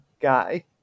guy